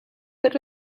per